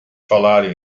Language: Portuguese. falaram